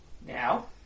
Now